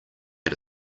had